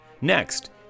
Next